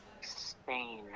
spain